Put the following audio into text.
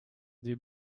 des